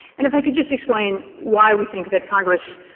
and if i could just explain why we think that congress